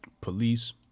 Police